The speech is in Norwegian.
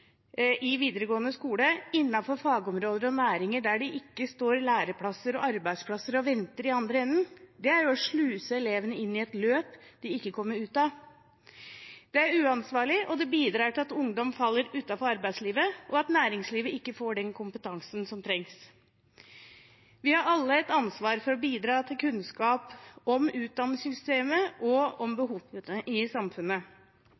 i videregående skole innenfor fagområder og næringer der det ikke står læreplasser og arbeidsplasser og venter i andre enden, er å sluse elevene inn i et løp de ikke kommer ut av. Det er uansvarlig og bidrar til at ungdom faller utenfor arbeidslivet, og at næringslivet ikke får den kompetansen som trengs. Vi har alle et ansvar for å bidra til kunnskap om utdanningssystemet og om behovene i samfunnet,